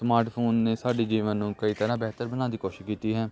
smart phone ਨੇ ਸਾਡੇ ਜੀਵਨ ਨੂੰ ਕਈ ਤਰ੍ਹਾਂ ਬਿਹਤਰ ਬਣਾਉਣ ਦੀ ਕੋਸ਼ਿਸ਼ ਕੀਤੀ ਹੈ